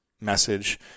message